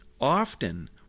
Often